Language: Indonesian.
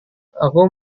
aku